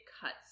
cuts